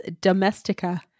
Domestica